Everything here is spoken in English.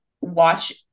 watch